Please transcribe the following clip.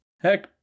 Heck